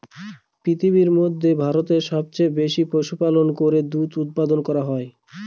পৃথিবীর মধ্যে ভারতে সবচেয়ে বেশি পশুপালন থেকে দুধ উপাদান করা হয়